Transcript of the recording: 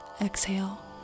Exhale